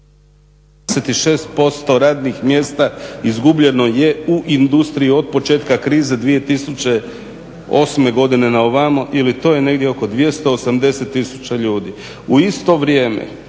26% radnih mjesta izgubljeno je u industriji od početka krize 2008. godine na ovamo ili to je negdje oko 280 000 ljudi. U isto vrijeme,